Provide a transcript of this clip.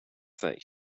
that